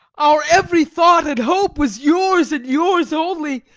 our every thought and hope was yours and yours only.